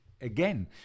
again